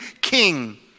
king